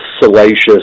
salacious